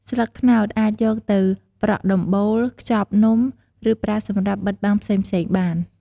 ស្លឹកត្នោតអាចយកទៅប្រក់ដំបូល ខ្ចប់នំ ឬប្រើសម្រាប់បិទបាំងផ្សេងៗបាន។